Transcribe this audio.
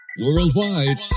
worldwide